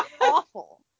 awful